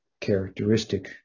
characteristic